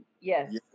yes